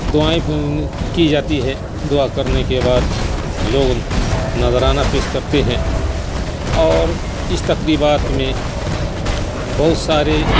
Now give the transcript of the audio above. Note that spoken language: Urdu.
دعائیں کی جاتی ہے دعا کرنے کے بعد لوگ نذرانہ پیش کرتے ہیں اور اس تقریبات میں بہت سارے